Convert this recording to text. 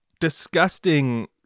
disgusting